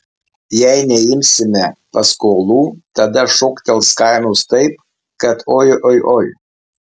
jei neimsime paskolų tada šoktels kainos taip kad oi oi oi